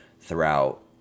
throughout